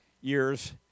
years